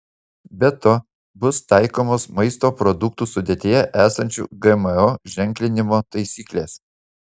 be to bus taikomos maisto produktų sudėtyje esančių gmo ženklinimo taisyklės